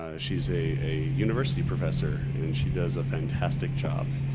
ah she's a, a university professor and she does a fantastic job.